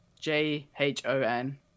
J-H-O-N